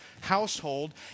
household